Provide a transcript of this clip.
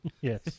Yes